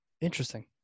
Interesting